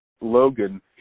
Logan